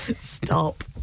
stop